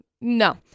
No